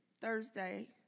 Thursday